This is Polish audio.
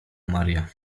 maria